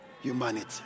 Humanity